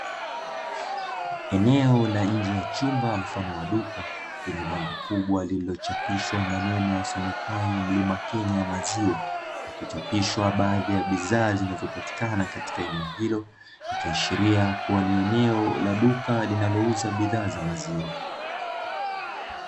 Eneo la nje la chumba mfano wa duka lenye bango kubwa lililochapishwa maneno yasomekayo mlima Kenya maziwa, na kuchapishwa baadhi ya bidhaa zinazopatikana katika eneo hilo, ikiashiria kuwa ni eneo la duka linalouza bidhaa za maziwa.